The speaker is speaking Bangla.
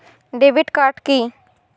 Debit card key?